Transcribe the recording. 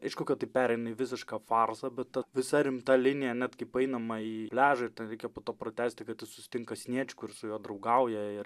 aišku kad tai pereina į visišką farsą bet ta visa rimta linija net kaip einama į pliažą ir ten reikia po to pratęsti kad jis susitinka sniečkų ir su juo draugauja ir